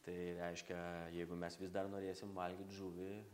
tai reiškia jeigu mes vis dar norėsim valgyti žuvį